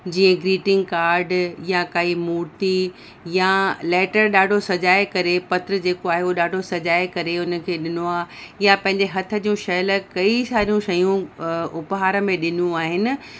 जीअं greeting card यां काई मूर्ति यां लैटर ॾाढो सजाए करे पत्र जेको आहे उहो ॾाढो सजाए करे उन खे ॾिनो आहे यां पंहिंजे हथ जूं ठहियल कई सारियूं शयूं उपहार में ॾिनियूं आहिनि